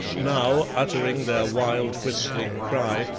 now, uttering their wild, whistling cry,